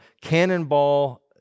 cannonball